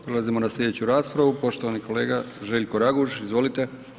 Prelazimo na slijedeću raspravu, poštovani kolega Željko Raguž, izvolite.